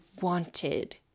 wanted